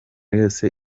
yose